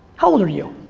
how old are you?